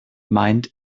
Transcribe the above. meint